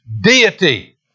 deity